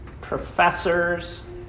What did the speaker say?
professors